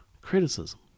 criticism